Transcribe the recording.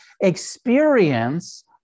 experience